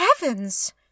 heavens